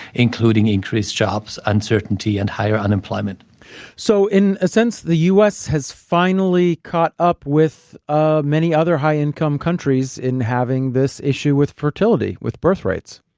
including increased jobs, uncertainty and higher unemployment so, in a sense the u s. has finally caught up with ah many other high-income countries in having this issue with fertility, with birth rates?